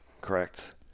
correct